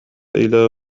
إلى